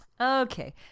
Okay